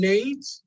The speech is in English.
Nate